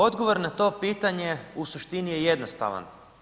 Odgovor na to pitanje u suštini je jednostavan.